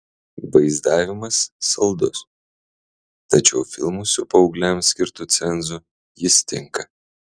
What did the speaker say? vaizdavimas saldus tačiau filmui su paaugliams skirtu cenzu jis tinka